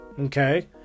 okay